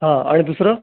हां आणि दुसरं